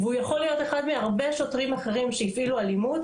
והוא יכול להיות אחד מהרבה שוטרים אחרים שהפעילו אלימות,